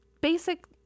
basic